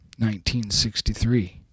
1963